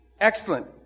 Excellent